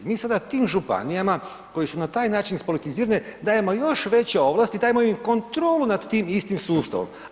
Mi sada tim županijama koje su na taj način ispolitizirane, dajemo još veće ovlasti, dajemo im kontrolu nad tim istim sustavom.